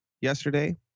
yesterday